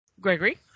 gregory